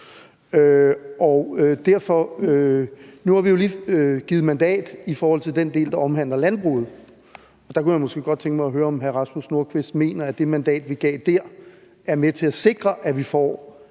Nu har vi jo lige givet mandat i forhold til den del, der omhandler landbruget, og der kunne jeg måske godt tænke mig at høre, om hr. Rasmus Nordqvist mener, at det mandat, vi gav der, er med til at sikre, at vi får